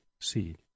seed